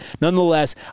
nonetheless